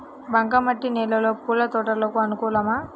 బంక మట్టి నేలలో పూల తోటలకు అనుకూలమా?